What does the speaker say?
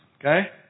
Okay